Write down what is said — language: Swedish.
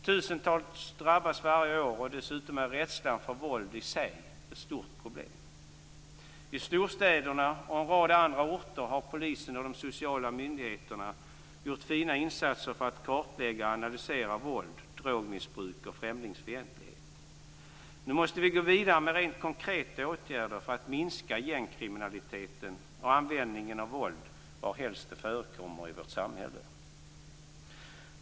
Tusentals drabbas varje år, och dessutom är rädslan för våld i sig ett stort problem. I storstäderna och en rad andra orter har polisen och de sociala myndigheterna gjort fina insatser för att kartlägga och analysera våld, drogmissbruk och främlingsfientlighet. Nu måste vi gå vidare med rent konkreta åtgärder för att minska gängkriminaliteten och användningen av våld var helst det förekommer i vårt samhälle.